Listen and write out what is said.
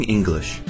English